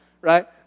right